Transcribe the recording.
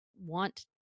want